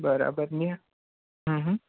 બરાબર ન્યા હ હ